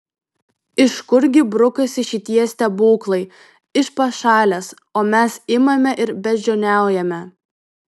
iš kurgi brukasi šitie stebuklai iš pašalės o mes imame ir beždžioniaujame